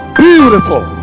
beautiful